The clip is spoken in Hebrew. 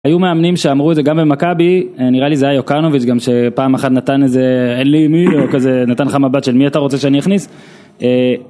היו מאמנים שאמרו את זה גם במכבי נראה לי זה היה יוקנוביץ גם שפעם אחת נתן איזה אין לי מי או כזה נתן לך מבט של מי אתה רוצה שאני אכניס